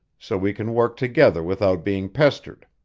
so we can work together without being pestered.